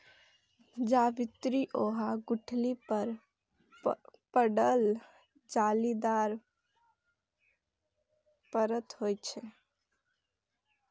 जावित्री ओहि गुठली पर पड़ल जालीदार परत होइ छै